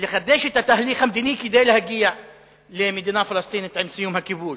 לחדש את התהליך המדיני כדי להגיע למדינה פלסטינית עם סיום הכיבוש,